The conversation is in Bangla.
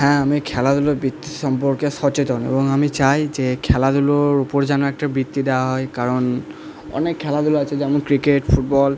হ্যাঁ আমি খেলাধুলোর বৃত্তির সম্পর্কে সচেতন এবং আমি চাই যে খেলাধুলোর উপর যেন একটা বৃত্তি দেওয়া হয় কারণ অনেক খেলাধুলো আছে যেমন ক্রিকেট ফুটবল